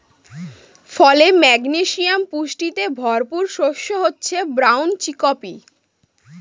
ফলে, ম্যাগনেসিয়াম পুষ্টিতে ভরপুর শস্য হচ্ছে ব্রাউন চিকপি